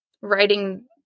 writing